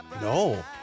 No